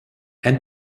and